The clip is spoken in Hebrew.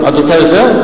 את רוצה יותר?